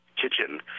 kitchen